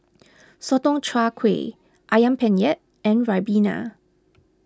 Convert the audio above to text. Sotong Char Kway Ayam Penyet and Ribena